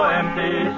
empty